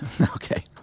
Okay